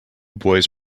boys